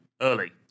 Early